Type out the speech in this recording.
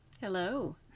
Hello